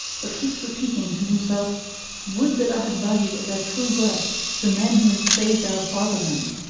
but keeps repeating to himself would that i had valued at their true worth the men who have saved our fatherland